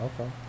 Okay